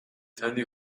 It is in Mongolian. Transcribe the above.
таны